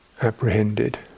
apprehended